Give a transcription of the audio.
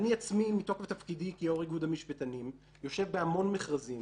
אני עצמי מתוקף תפקידי כיושב-ראש איגוד המשפטנים יושב בהמון מכרזים,